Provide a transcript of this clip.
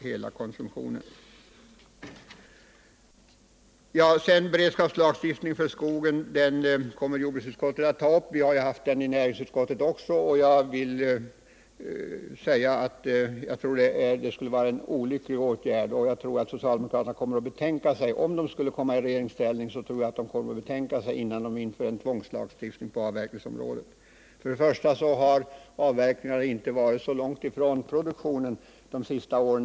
Frågan om införande av en beredskapslagstiftning på skogsområdet kommer jordbruksutskottet att ta upp. Vi har dock behandlat frågan även i näringsutskottet, och jag tror att ett införande av en sådan lagstiftning vore en olycklig åtgärd. Om socialdemokraterna hamnar i regeringsställning, kommer de nog att betänka sig innan de inför en tvångslagstiftning på avverkningsområdet. För det första har avverkningarna storleksmässigt inte varit så långt ifrån produktionen de senaste åren.